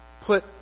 put